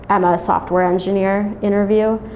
i'm a software engineer interview,